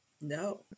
No